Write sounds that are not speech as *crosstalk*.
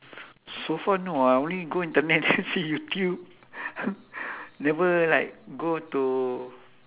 so far no ah I only go internet and see youtube *laughs* never like go to